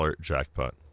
jackpot